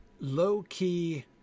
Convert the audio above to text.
low-key